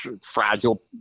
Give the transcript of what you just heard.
fragile